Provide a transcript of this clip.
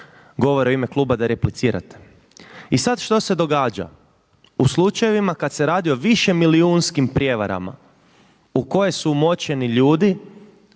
govora u ime kluba da replicirate. I sad što se događa u slučajevima kad se radi o više milijunskim prijevarama u koje su umočeni ljudi